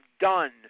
done